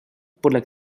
podle